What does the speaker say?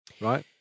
right